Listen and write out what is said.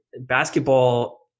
basketball